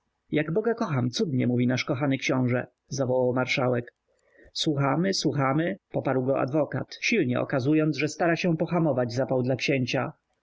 jak boga kocham cudnie mówi ten kochany książe zawołał marszałek słuchamy słuchamy poparł go adwokat silnie okazując że stara się pohamować zapał dla księcia